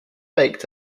baked